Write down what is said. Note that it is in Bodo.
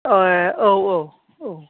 ए औ औ औ